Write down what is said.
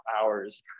hours